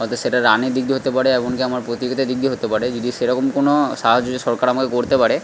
হয়তো সেটা রানের দিক দিয়ে হতে পারে এমনকি আমার প্রতিযোগিতার দিক দিয়ে হতে পারে যদি সেরকম কোনো সাহায্য সরকার আমাকে করতে পারে